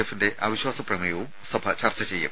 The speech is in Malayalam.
എഫിന്റെ അവിശ്വാസ പ്രമേയവും സഭ ചർച്ച ചെയ്യും